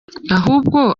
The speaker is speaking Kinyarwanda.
ahubwo